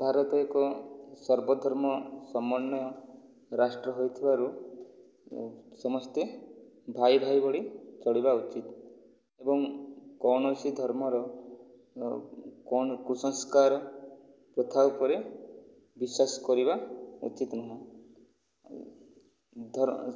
ଭାରତ ଏକ ସର୍ବ ଧର୍ମ ସମନ୍ୟ ରାଷ୍ଟ୍ର ହୋଇଥିବାରୁ ସମସ୍ତେ ଭାଇ ଭାଇ ଭଳି ଚଳିବା ଉଚିତ ଏବଂ କୌଣସି ଧର୍ମର କୁସଂସ୍କାର ପ୍ରଥା ଉପରେ ବିଶ୍ୱାସ କରିବା ଉଚିତ ନୁହଁ